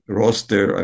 roster